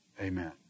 Amen